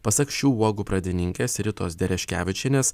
pasak šių uogų pradininkės ritos dereškevičienės